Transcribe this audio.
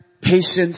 patience